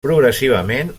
progressivament